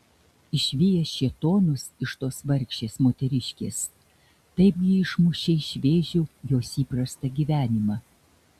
išvijęs šėtonus iš tos vargšės moteriškės taipgi išmušei iš vėžių jos įprastą gyvenimą